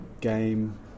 game